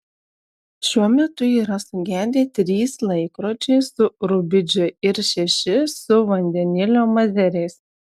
šiuo metu yra sugedę trys laikrodžiai su rubidžio ir šeši su vandenilio mazeriais